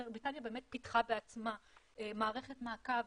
בריטניה באמת פיתחה בעצמה מערכת מעקב,